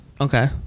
Okay